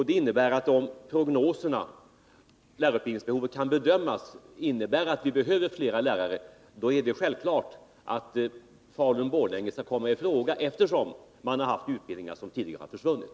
Det innebär att om prognoserna tyder på att vi behöver fler lärare är det självklart att Falun/Borlänge skall komma i fråga, eftersom man tidigare har haft lärarutbildning som försvunnit.